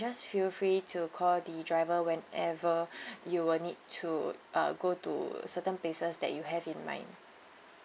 just feel free to call the driver when ever you will need to uh go to certain places that you have in mind